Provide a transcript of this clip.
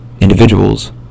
individuals